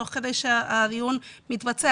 תוך כדי שהדיון מתבצע,